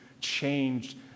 changed